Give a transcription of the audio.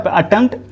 attempt